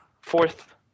fourth